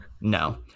no